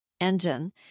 engine